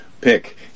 Pick